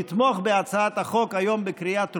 לתמוך בהצעת החוק היום בקריאה טרומית,